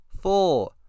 four